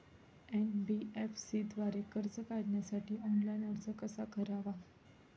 NBFC द्वारे कर्ज काढण्यासाठी ऑनलाइन अर्ज कसा करावा?